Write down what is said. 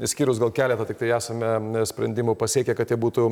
išskyrus gal keletą tiktai esame sprendimų pasiekę kad jie būtų